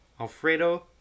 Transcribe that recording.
Alfredo